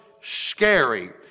scary